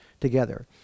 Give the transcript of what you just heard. together